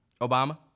Obama